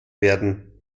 werden